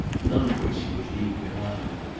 none of which he would leave behind.